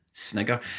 Snigger